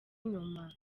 inyuma